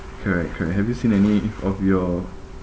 correct correct have you seen any of your